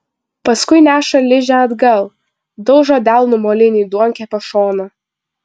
paskui neša ližę atgal daužo delnu molinį duonkepio šoną